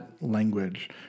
language